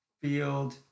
field